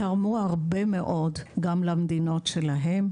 תרמו הרבה מאוד גם למדינות שלהן,